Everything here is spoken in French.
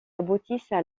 aboutissent